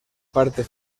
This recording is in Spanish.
parte